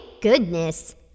goodness